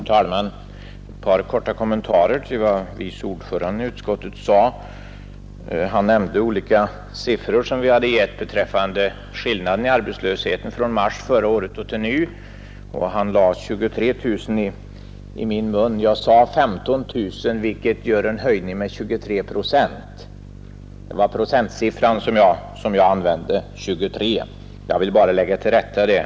Herr talman! Ett par korta kommentarer till vad vice ordföranden i utskottet sade. Han framhöll att vi hade lämnat olika siffror beträffande skillnaden mellan arbetslösheten i mars förra året och läget i år, och han lade siffran 23 000 i min mun. Den siffra jag uppgav var 15 000, vilket betyder en höjning med 23 procent. Det var alltså procentsiffran 23 som jag använde, och jag ville nu bara lägga denna sak till rätta.